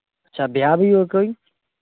ਅੱਛਾ ਵਿਆਹ ਵਿਉ ਆ ਕੋਈ